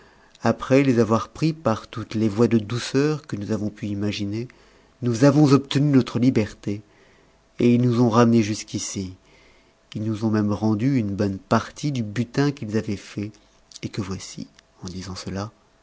après les avoir pris par toutes les voies de douceur que nous avons pu imaginer nous avons obtenu notre liberté et il nous ont ramenés jusqu'ici il nous ont même rendu une bonne partie du butin qu'ils avaient fait et que voici en disant cela